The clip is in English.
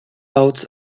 out